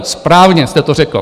Správně jste to řekl.